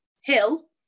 Hill